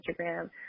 Instagram